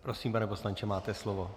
Prosím, pane poslanče, máte slovo.